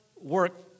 work